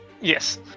Yes